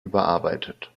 überarbeitet